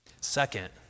Second